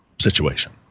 situation